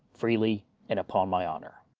freely, and upon my honor.